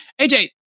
aj